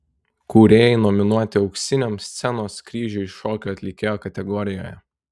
kūrėjai nominuoti auksiniam scenos kryžiui šokio atlikėjo kategorijoje